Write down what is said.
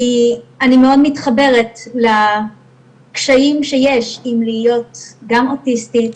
כי אני מאוד מתחברת לקשיים שיש עם להיות גם אוטיסטית,